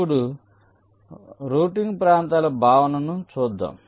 ఇప్పుడు రౌటింగ్ ప్రాంతాల భావనకు వద్దాం